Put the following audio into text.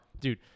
dude